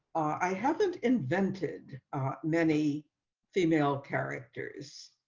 i haven't invented many female characters.